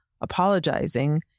apologizing